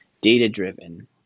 data-driven